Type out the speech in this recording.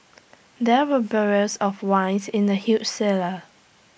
there were barrels of wines in the huge cellar